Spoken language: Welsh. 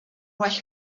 well